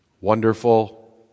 wonderful